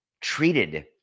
treated